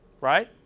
Right